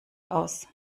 aus